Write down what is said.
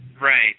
Right